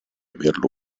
averlo